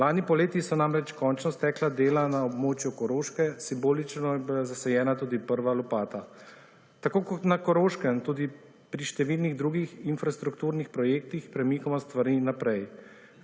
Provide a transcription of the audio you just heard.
Lani poleti so namreč končno stekla dela na območju Koroške, simbolično je bila zasajena tudi prva lopata. Tako kot na Koroškem tudi pri številnih drugih infrastrukturnih projektih premikamo stvari naprej.